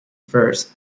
affairs